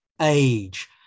age